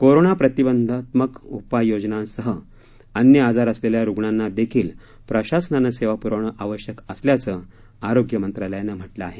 corona प्रतिबंधात्मक उपाययोजनेसह अन्य आजार असलेल्या रुग्णांना देखील प्रशासनानं सेवा प्रवणं आवश्यक असल्याचं आरोग्यमंत्रालयानं म्हटलं आहे